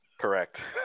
Correct